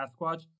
Sasquatch